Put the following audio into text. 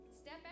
Step